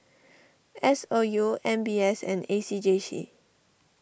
S O U M B S and A C J C